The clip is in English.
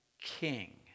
king